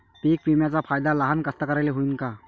पीक विम्याचा फायदा लहान कास्तकाराइले होईन का?